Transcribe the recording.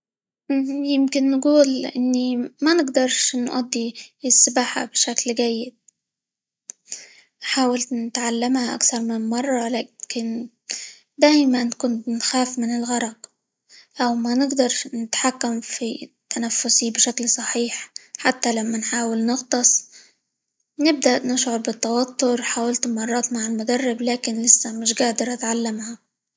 يمكن نقول إني ما نقدرش نأدي السباحة بشكل جيد، حاولت نتعلمها أكثر من مرة، لكن دايمًا كنت نخاف من الغرق، أو ما نقدرش نتحكم في تنفسي بشكل صحيح، حتى لما نحاول نغطس نبدأ نشعر بالتوتر، حاولت مرات مع المدرب، لكن لسه مش قادرة أتعلمها.